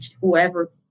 whoever